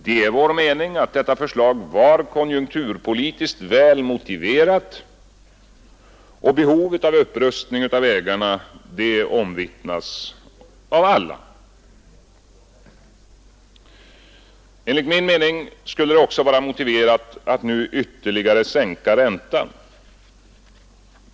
Detta förslag var enligt vår mening konjunkturpolitiskt väl motiverat, och behovet av upprustning av vägarna omvittnas av alla. Enligt min mening skulle det också vara motiverat att nu ytterligare sänka räntan.